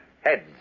Heads